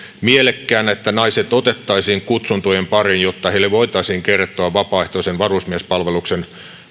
mielekkäänä että naiset otettaisiin kutsuntojen pariin jotta heille voitaisiin kertoa vapaaehtoisen varusmiespalveluksen